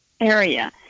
area